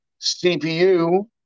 CPU